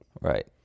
Right